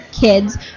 Kids